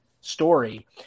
story